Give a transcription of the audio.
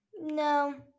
No